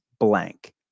Blank